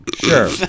Sure